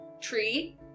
Tree